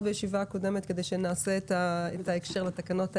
בישיבה הקודמת כדי שנעשה את ההקשר לתקנות.